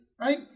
right